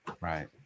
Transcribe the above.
right